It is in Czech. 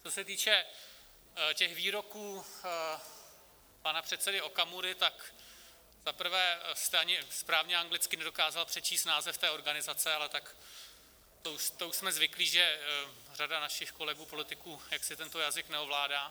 Co se týče těch výroků pana předsedy Okamury, tak za prvé jste ani správně anglicky nedokázal přečíst název té organizace, ale tak to už jsme zvyklí, že řada našich kolegů politiků jaksi tento jazyk neovládá.